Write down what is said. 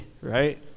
right